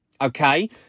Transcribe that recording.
okay